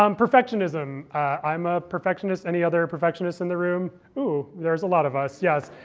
um perfectionism i'm a perfectionist. any other perfectionists in the room? ooh, there is a lot of us. yes.